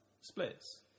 splits